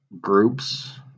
groups